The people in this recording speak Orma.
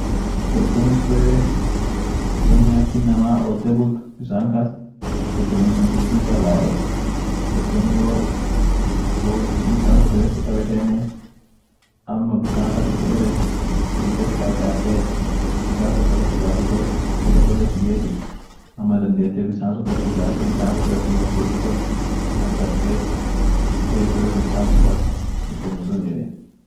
qurtumi sun won yeden qurtumi ak inama olte bult bissan kas qurtummisun challah yeden qurtumi wo wo bissan sun kassit sikabetenen ama bissan fa sifudeten dufte siqarqaate bissan sun kassa sibasite bere cholle si sigesit ama dandeete bisan sun kas sibaate bisan sun kas simarsisite ak at feet feet bere sun bisan sun kas qurtumi suni yeden.